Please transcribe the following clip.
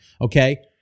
okay